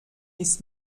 nichts